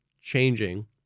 changing